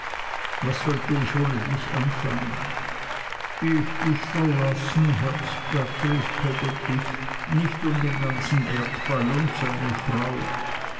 was sollte ich ohne dich anfangen ich dich verlassen herzblatt rief peggotty nicht um den ganzen erdball und seine frau